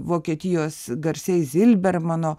vokietijos garsiais zilbermano